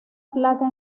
placa